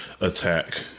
attack